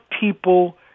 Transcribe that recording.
people